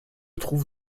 trouve